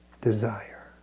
desire